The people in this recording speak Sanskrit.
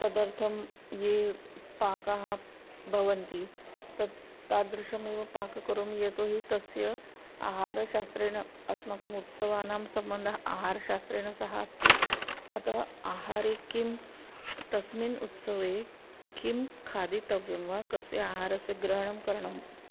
तदर्थं ये पाकाः भवन्ति तत् तादृशमेव पाकं करोमि यतो हि तस्य आहारशास्त्रेण अस्माकम् उत्सवानां सम्बन्धः आहारशास्त्रेण सह अस्ति अतः आहारे किं तस्मिन् उत्सवे किं खादितव्यं वा कस्य आहारस्य ग्रहणं करणं